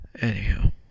Anyhow